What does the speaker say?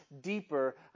deeper